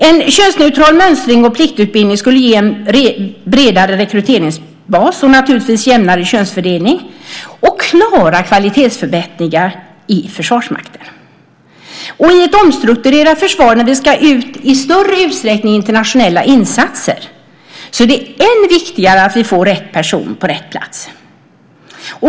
En könsneutral mönstring och pliktutbildning skulle ge en bredare rekryteringsbas och naturligtvis jämnare könsfördelning och klara kvalitetsförbättringar i Försvarsmakten. I ett omstrukturerat försvar där vi i större utsträckning ska ut i internationella insatser är det än viktigare att vi får rätt person på rätt plats.